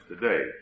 today